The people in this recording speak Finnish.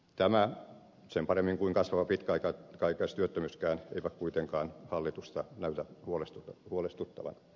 tämä sen paremmin kuin kasvava pitkäaikaistyöttömyyskään eivät kuitenkaan hallitusta näytä huolestuttavan